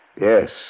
Yes